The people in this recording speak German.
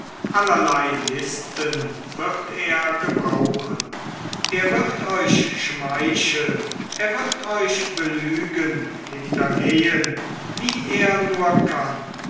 allerlei listen wird er gebrauchen er wird euch schmeicheln er wird euch belügen hintergehen wie er nur kann